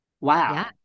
Wow